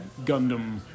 Gundam